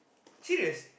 serious